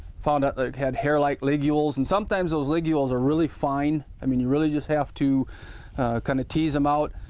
found out it had hair like ligules and sometimes those ligules are really fine i mean and really just have to kind of tease them out.